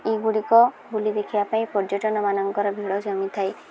ଏଗୁଡ଼ିକ ବୁଲି ଦେଖିବା ପାଇଁ ପର୍ଯ୍ୟଟନମାନଙ୍କର ଭିଡ଼ ଜମିଥାଏ